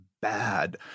bad